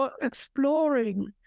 exploring